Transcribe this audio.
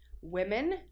women